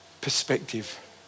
perspective